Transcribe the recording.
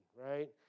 right